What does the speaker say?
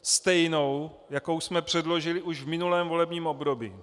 Stejnou, jakou jsme předložili už v minulém volebním období.